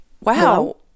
wow